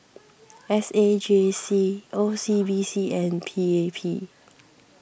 S A J C O C B C and P A P